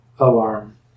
alarm